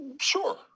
Sure